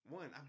one